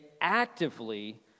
actively